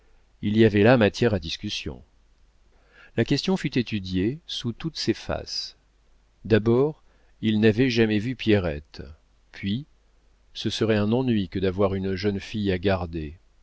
il y avait là matière à discussion la question fut étudiée sous toutes ses faces d'abord ils n'avaient jamais vu pierrette puis ce serait un ennui que d'avoir une jeune fille à garder